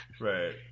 right